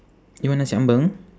you want nasi ambeng